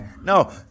No